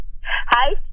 Hi